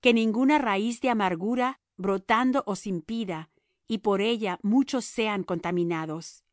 que ninguna raíz de amargura brotando os impida y por ella muchos sean contaminados